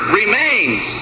remains